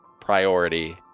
priority